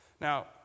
Now